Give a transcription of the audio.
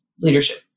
leadership